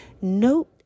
note